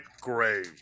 gray